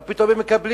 מה פתאום הן מקבלות?